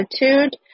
attitude